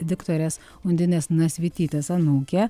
diktorės undinės nasvytytės anūkė